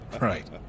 Right